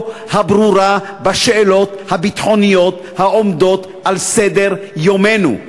הברורה בשאלות הביטחוניות העומדות על סדר-יומנו.